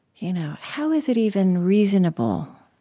you know how is it even reasonable,